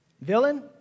Villain